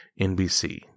NBC